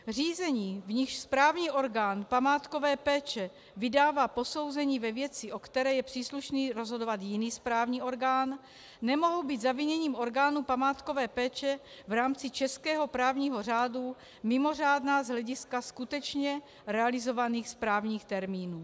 Řízení, v nichž správní orgán památkové péče vydává posouzení ve věci, o které je příslušný rozhodovat jiný správní orgán, nemohou být zaviněním orgánu památkové péče v rámci českého právního řádu mimořádná z hlediska skutečně realizovaných správních termínů.